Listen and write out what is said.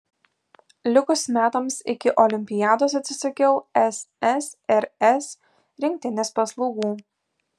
likus metams iki olimpiados atsisakiau ssrs rinktinės paslaugų